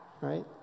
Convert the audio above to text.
right